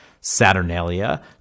saturnalia